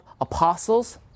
apostles